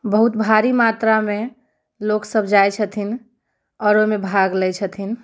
बहुत भारी मात्रामे लोक सभ जाइत छथिन आओर ओहिमे भाग लै छथिन